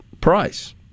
price